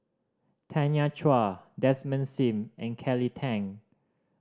Tanya Chua Desmond Sim and Kelly Tang